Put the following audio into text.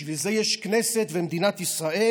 בשביל זה יש כנסת ומדינת ישראל,